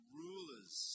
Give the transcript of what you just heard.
rulers